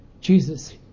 Jesus